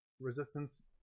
resistance